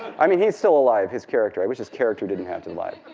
i mean, he's still alive. his character i wish his character didn't have to like